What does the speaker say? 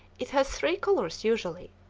it has three colors usually,